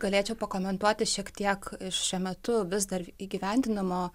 galėčiau pakomentuoti šiek tiek iš šiuo metu vis dar įgyvendinamo